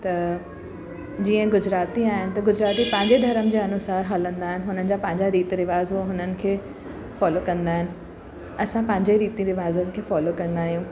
त जीअं गुजराती आहिनि त गुजराती पंहिंजे धर्म जे अनुसारु हलंदा आहिनि हुननि जा पंहिंजा रीति रिवाज़ हूअ हुननि खे फॉलो कंदा आहिनि असां पांजे रीती रीवाज़नि खे फॉलो कंदा आहियूं